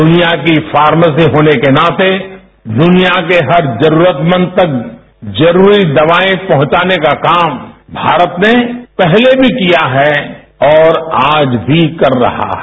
दुनिया की फार्मेसी होने के नाते दुनिया के हर जरूरतमंद तक जरूरी दवाएं पहुंचाने का काम भारत ने पहले भी किया है और आज भी कर रहा है